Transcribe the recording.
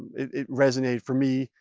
it resonated for me,